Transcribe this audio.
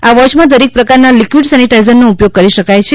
આ વોચમાં દરેક પ્રકારના લિક્વિડ સેનિટાઈઝરનો ઉપયોગ કરી શકાય છે